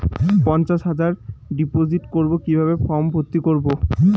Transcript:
পঞ্চাশ হাজার ডিপোজিট করবো কিভাবে ফর্ম ভর্তি করবো?